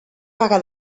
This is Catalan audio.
vaga